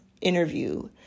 interview